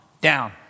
down